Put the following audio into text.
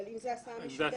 אבל אם זאת הסעה משותפת?